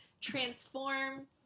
transform